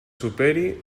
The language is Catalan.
superi